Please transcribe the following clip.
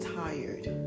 tired